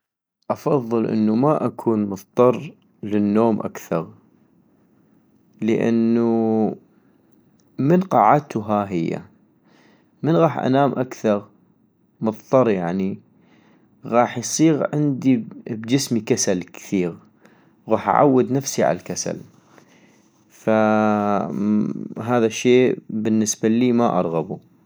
افضل انو ما اكون مضطر للنوم اكثر، لانو من قعدتو هاهيه ، من غاح انام أكثر مضطر يعني ، غاح يصيغ عندي بجسمي كسل كثيغ، وغاح اعود نفسي عالكسل ، فهذا الشي بالنسبة اللي ما ارغبو